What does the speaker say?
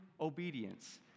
obedience